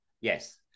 yes